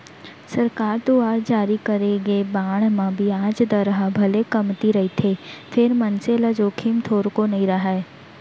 सरकार दुवार जारी करे गे बांड म बियाज दर ह भले कमती रहिथे फेर मनसे ल जोखिम थोरको नइ राहय